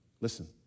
listen